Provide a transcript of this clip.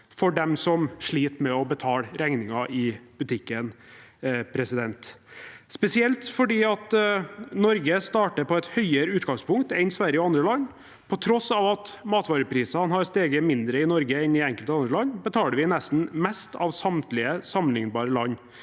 for dem sliter med å betale regninger i butikken, spesielt fordi Norge starter på et høyere utgangspunkt enn Sverige og andre land. På tross av at matvareprisene har steget mindre i Norge enn i enkelte andre land, betaler vi nesten mest av samtlige sammenlignbare land.